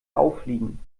auffliegen